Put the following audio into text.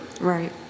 Right